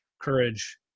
courage